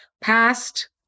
past